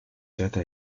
trata